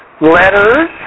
Letters